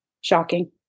shocking